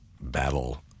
battle